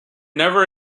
never